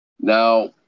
Now